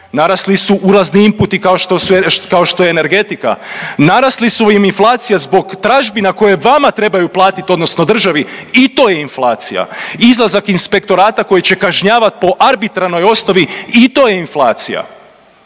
narasli su ulazni inputi kao što je energetika, narasli su im inflacija zbog tražbina koje vama trebaju platiti odnosno državi, i to je inflacija. Izlazak inspektorata koji će kažnjavati po arbitrarnoj osnovi, i to je inflacija.